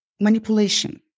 manipulation